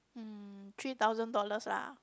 three thousand dollars lah